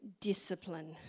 discipline